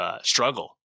struggle